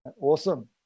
Awesome